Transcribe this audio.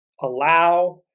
allow